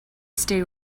stay